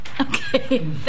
Okay